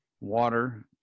water